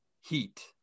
heat